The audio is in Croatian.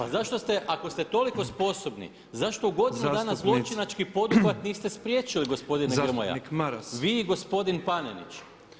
Pa zašto ste, ako ste toliko sposobni, zašto u godinu dana zločinački poduhvat niste spriječili gospodine Grmoja? [[Upadica predsjednik: Zastupniče Maras.]] Vi i gospodin Panenić.